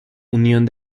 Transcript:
unión